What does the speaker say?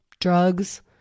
drugs